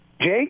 Jake